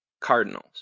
Cardinals